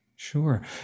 Sure